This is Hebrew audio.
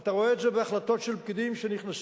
ואתה רואה את זה בהחלטות של פקידים שנכנסים